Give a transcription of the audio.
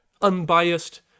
unbiased